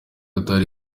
atari